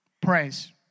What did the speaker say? Praise